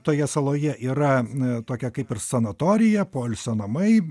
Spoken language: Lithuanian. toje saloje yra n tokia kaip ir sanatorija poilsio namai